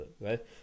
right